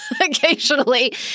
occasionally